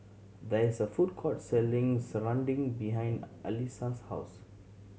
there is a food court selling serunding behind Allyssa's house